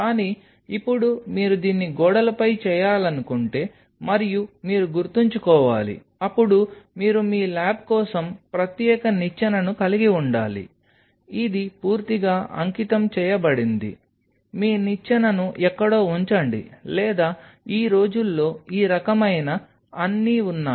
కానీ ఇప్పుడు మీరు దీన్ని గోడలపై చేయాలనుకుంటే మరియు మీరు గుర్తుంచుకోవాలి అప్పుడు మీరు మీ ల్యాబ్ కోసం ప్రత్యేక నిచ్చెనను కలిగి ఉండాలి ఇది పూర్తిగా అంకితం చేయబడింది మీ నిచ్చెనను ఎక్కడో ఉంచండి లేదా ఈ రోజుల్లో ఈ రకమైన అన్ని ఉన్నాయి